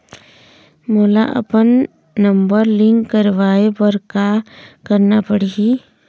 मोला अपन number link करवाये बर का करना पड़ही?